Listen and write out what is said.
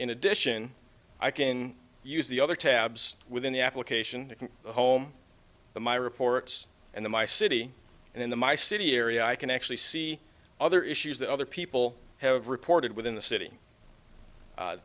in addition i can use the other tabs within the application home to my reports and the my city and in the my city area i can actually see other issues that other people have reported within the city